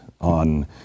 on